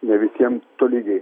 ne visiem tolygiai